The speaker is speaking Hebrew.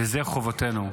וזו חובתנו,